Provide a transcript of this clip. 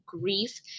grief